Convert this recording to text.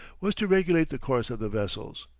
was to regulate the course of the vessels.